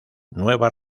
nueva